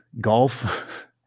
golf